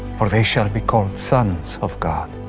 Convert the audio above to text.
for they shall be called sons of god.